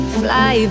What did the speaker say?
fly